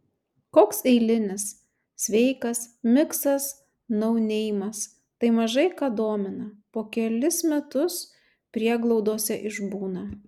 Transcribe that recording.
koks eilinis sveikas miksas nauneimas tai mažai ką domina po kelis metus prieglaudose išbūna